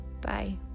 Bye